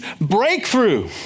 breakthrough